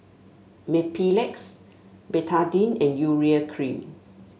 Mepilex Betadine and Urea Cream